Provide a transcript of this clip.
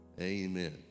amen